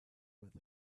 with